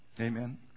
Amen